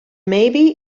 maybe